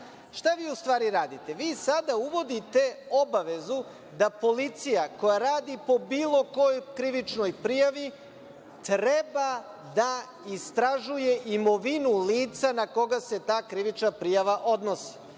vi u stvari radite? Vi sada uvodite obavezu da policija koja radi po bilo kojoj krivičnoj prijavi, treba da istražuje imovinu lica na koga se ta krivična prijava odnosi.